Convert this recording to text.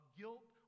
guilt